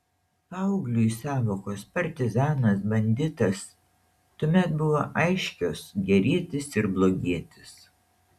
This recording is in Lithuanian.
paaugliui sąvokos partizanas banditas tuomet buvo aiškios gerietis ir blogietis